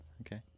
Okay